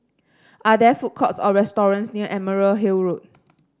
are there food courts or restaurants near Emerald Hill Road